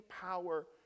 power